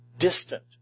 Distant